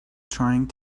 trying